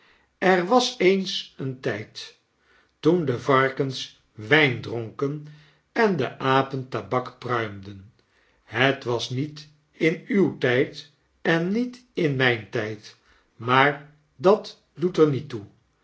er was eens een tijd toen de varkens wijn dronken en de apen tabak pruimden het was niet in uw tyd en niet in myn tyd maar dat doet er niet toe